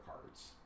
cards